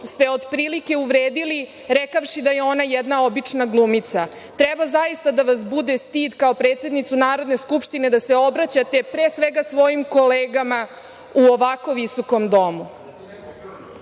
je otprilike uvredili rekavši da je ona jedna obična glumica. Treba zaista da vas bude stid, kao predsednicu Narodne skupštine, da se obraćate pre svega svojim kolegama u ovako visokom domu.